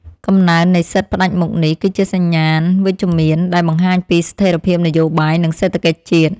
កំណើននៃសិទ្ធិផ្តាច់មុខនេះ គឺជាសញ្ញាណវិជ្ជមានដែលបង្ហាញពីស្ថិរភាពនយោបាយនិងសេដ្ឋកិច្ចជាតិ។